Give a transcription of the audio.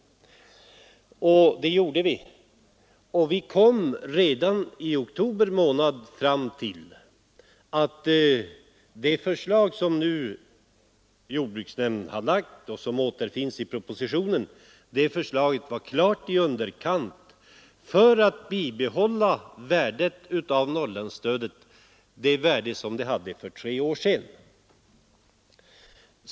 Det gjorde vi och kom redan i oktober månad fram till att förslaget som jordbruksnämnden lagt fram och som återfinns i propositionen var klart i underkant för att bibehålla det värde som Norrlandsstödet hade för tre år sedan.